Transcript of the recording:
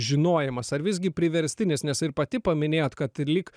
žinojimas ar visgi priverstinis nes ir pati paminėjot kad ir lyg